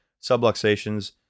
subluxation's